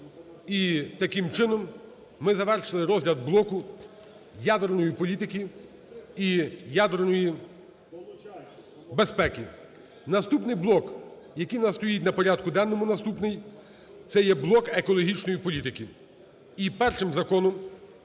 таким чином ми завершили розгляд блоку ядерної політики і ядерної безпеки. Наступний блок, який в нас стоїть на порядку денному наступний, це є блок екологічної політики.